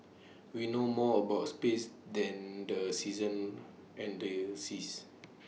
we know more about space than the seasons and the seas